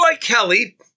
Kelly